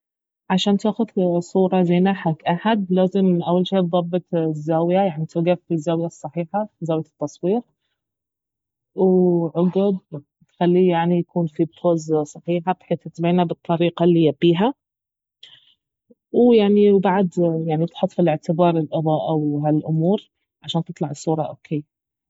عشان تأخذ صورة زينة حق احد لازم اول شي تضبط الزاوية يعني توقف في الزاوية الصحيحة زاوية التصوير وعقب تخليه يعني يكون في بوز صحيحة بحيث تبينه بالطريقة الي يبيها ويعني وبعد يعني تحط في الاعتبار الإضاءة وهالامور عشان تطلع الصورة اوكي